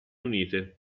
unite